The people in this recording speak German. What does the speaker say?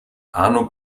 arno